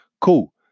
cool